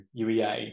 UEA